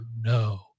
no